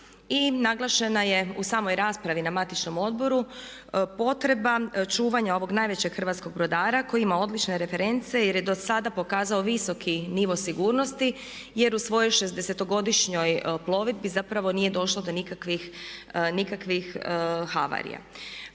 i naglašena je u samoj raspravi na matičnom odboru potreba čuvanja ovog najvećeg hrvatskog brodara koji ima odlične reference jer je do sada pokazao visoki nivo sigurnosti jer u svojoj 60.-godišnjoj plovidbi zapravo nije došlo do nikakvih havarija.